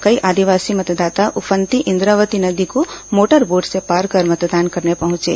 कई आदिवासी मतदाता उफनती इंद्रॉवती नदी को मोटर बोट से पार कर मतदान करने पहुंचे